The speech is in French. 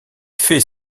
fait